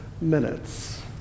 minutes